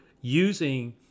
using